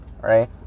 right